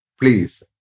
please